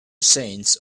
saints